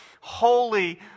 holy